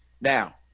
Now